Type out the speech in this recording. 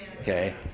okay